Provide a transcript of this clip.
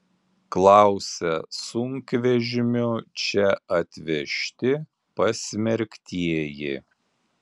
klausia sunkvežimiu čia atvežti pasmerktieji